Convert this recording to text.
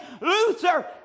Luther